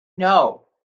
know